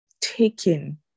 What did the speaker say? taken